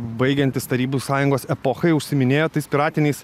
baigiantis tarybų sąjungos epochai užsiiminėjo tais piratiniais